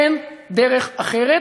אין דרך אחרת,